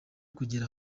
kugera